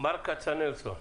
מרק כצנלסון.